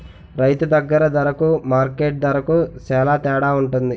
రైతు దగ్గర దరకు మార్కెట్టు దరకు సేల తేడవుంటది